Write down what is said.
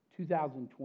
2020